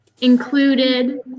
included